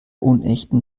unechten